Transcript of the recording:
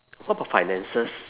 what about finances